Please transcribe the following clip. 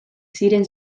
ziren